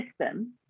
system